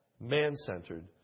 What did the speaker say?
man-centered